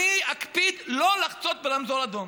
אני אקפיד שלא לעבור ברמזור אדום.